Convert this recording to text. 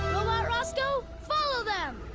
robot roscoe, follow them!